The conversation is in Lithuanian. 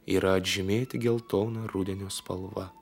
yra atžymėti geltona rudenio spalva